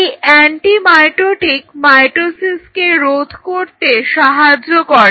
এই anti mitotic মাইটোসিসকে রোধ করতে সাহায্য করে